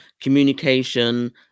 communication